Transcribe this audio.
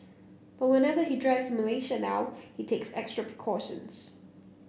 but whenever he drives Malaysia now he takes extra precautions